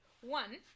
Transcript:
One